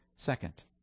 Second